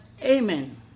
Amen